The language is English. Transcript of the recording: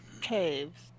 caves